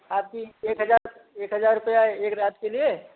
आपकी एक हजार एक हजार रुपया एक रात के लिए